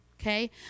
okay